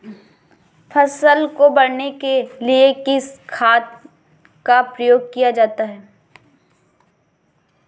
फसल को बढ़ाने के लिए किस खाद का प्रयोग किया जाता है?